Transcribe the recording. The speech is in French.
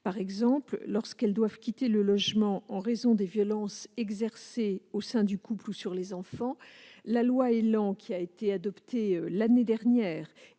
Par exemple, lorsqu'elles doivent quitter le logement en raison des violences exercées au sein du couple ou sur les enfants, la loi portant évolution du logement,